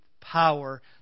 power